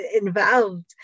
involved